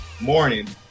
morning